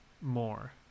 more